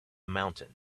mountain